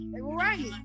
Right